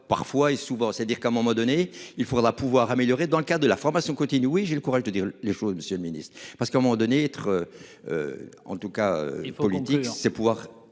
parfois et souvent ça dire qu'à un moment donné il faudra pouvoir améliorer dans le cas de la formation continue. Oui j'ai le courage de dire les choses. Monsieur le Ministre, parce qu'à un moment donné être. En tout cas politique c'est pouvoir